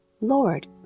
Lord